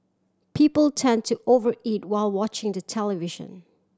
people tend to over eat while watching the television